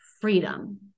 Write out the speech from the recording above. freedom